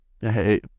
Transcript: Hey